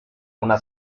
una